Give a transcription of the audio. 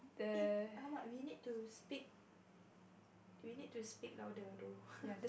eh !alamak! we need to speak we need to speak louder though